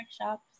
workshops